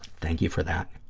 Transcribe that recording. thank you for that.